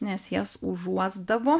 nes jas užuosdavo